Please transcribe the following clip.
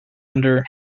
under